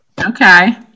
Okay